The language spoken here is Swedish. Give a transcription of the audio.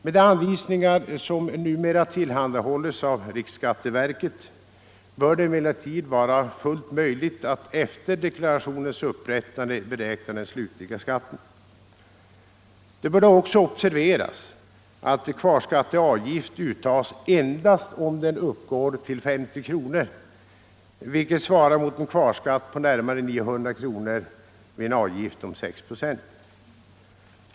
Med de anvisningar som numera tillhandahålles av riksskatteverket bör det emellertid vara fullt möjligt att efter deklarationens upprättande beräkna den slutliga skatten. Det bör då också observeras att kvarskatteavgift uttas endast om den uppgår till 50 kronor, vilket svarar mot en kvarskatt på närmare 900 kronor vid en avgift om 6 procent.